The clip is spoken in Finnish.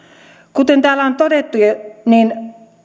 kuten täällä on todettu niin